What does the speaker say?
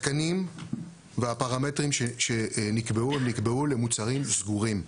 התקנים והפרמטרים שנקבעו, נקבעו למוצרים סגורים.